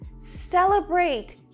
celebrate